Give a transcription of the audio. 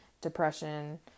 depression